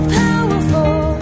powerful